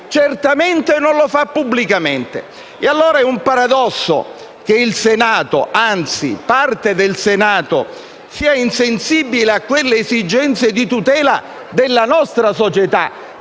certamente non lo fa pubblicamente. E allora è un paradosso che il Senato, anzi parte del Senato, sia insensibile a queste esigenze di tutela della nostra società,